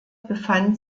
befand